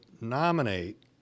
nominate